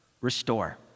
restore